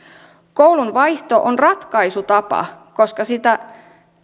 koulun vaihto on ratkaisutapa koska sitä